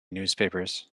newspapers